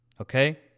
okay